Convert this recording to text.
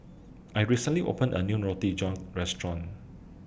I recently opened A New Roti John Restaurant